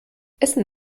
essen